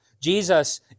Jesus